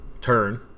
turn